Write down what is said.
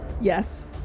Yes